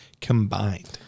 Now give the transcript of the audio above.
combined